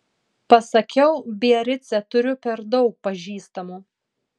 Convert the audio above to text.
pasakiau biarice turiu per daug pažįstamų